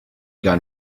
gun